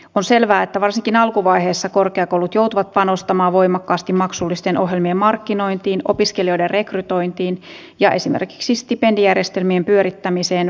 on selvää että varsinkin alkuvaiheessa korkeakoulut joutuvat panostamaan voimakkaasti maksullisten ohjelmien markkinointiin opiskelijoiden rekrytointiin ja esimerkiksi stipendijärjestelmien pyörittämiseen vaadittavaan hallintoon